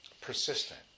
persistent